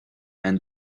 and